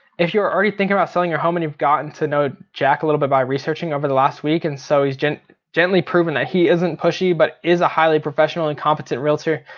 if you are already thinking about so and your home and you've gotten to know jack a little bit by researching over the last week, and so he's gently gently proven that he isn't pushy, but is a highly professional and competent realtor.